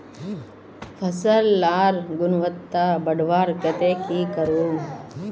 फसल लार गुणवत्ता बढ़वार केते की करूम?